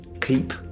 keep